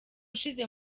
ushize